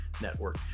Network